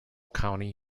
county